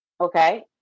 Okay